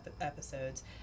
episodes